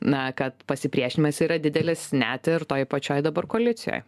na kad pasipriešinimas yra didelis net ir toj pačioj dabar koalicijoj